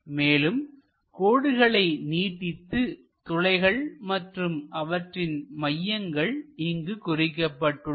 மேலும் கோடுகளை நீட்டித்து துளைகள் மற்றும் அவற்றின் மையங்கள் இங்கு குறிக்கப்பட்டுள்ளன